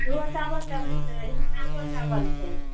अरबो चावल लेबै से चावल छै